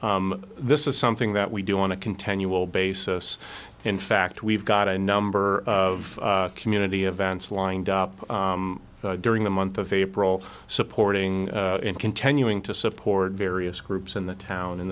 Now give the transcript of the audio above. this is something that we do want to continual basis in fact we've got a number of community events lined up during the month of april supporting continuing to support various groups in the town in